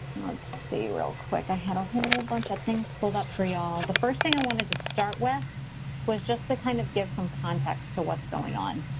let's see real quick. i had a whole bunch of things pulled up for you all. the first thing i wanted to start with was just to kind of give some context to what's going on.